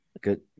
good